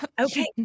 Okay